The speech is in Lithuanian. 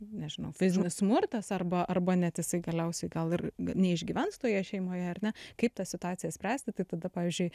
nežinau fizinis smurtas arba arba net jisai galiausiai gal ir neišgyvens toje šeimoje ar ne kaip tą situaciją spręsti tai tada pavyzdžiui